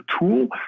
tool